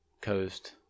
coast